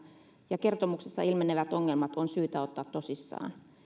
ja kertomuksessa ilmenevät ongelmat on syytä ottaa tosissaan